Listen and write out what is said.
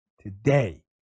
today